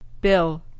Bill